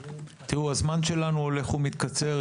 תראו, הזמן שלנו הולך ומתקצר.